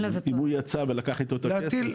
אם הוא יצא ולקח איתו את הכסף.